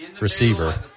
receiver